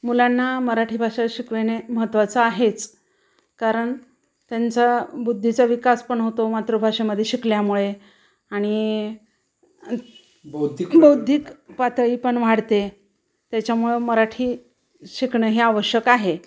मुलांना मराठी भाषा शिकविणे महत्त्वाचं आहेच कारण त्यांचा बुद्धीचा विकासपण होतो मातृभाषेमध्ये शिकल्यामुळे आणि बौद् बौद्धिक पातळीपण वाढते त्याच्यामुळं मराठी शिकणं हे आवश्यक आहे